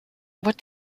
what